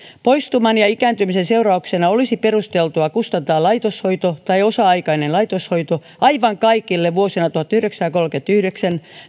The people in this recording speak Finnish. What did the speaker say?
poistuman ja ikääntymisen seurauksena olisi perusteltua kustantaa laitoshoito tai osa aikainen laitoshoito aivan kaikille vuosina tuhatyhdeksänsataakolmekymmentäyhdeksän